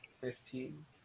Fifteen